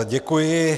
Děkuji.